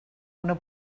una